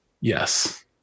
Yes